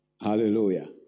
Hallelujah